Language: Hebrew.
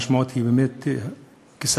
המשמעות היא באמת כיסאות,